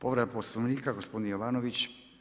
Povreda Poslovnika gospodin Jovanović.